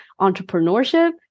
entrepreneurship